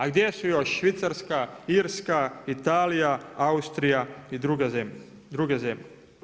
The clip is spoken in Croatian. A gdje su još Švicarska, Irska, Italija, Austrija i druge zemlje?